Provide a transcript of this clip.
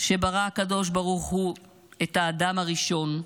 שברא הקדוש ברוך הוא את אדם הראשון,